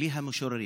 בלי המשוררים.